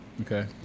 Okay